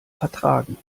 vertragen